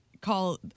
call